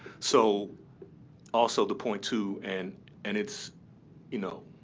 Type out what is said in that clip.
so also the point, too, and and it's you know,